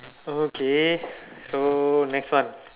okay so next one